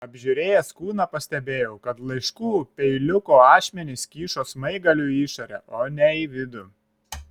apžiūrėjęs kūną pastebėjau kad laiškų peiliuko ašmenys kyšo smaigaliu į išorę o ne į vidų